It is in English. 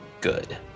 good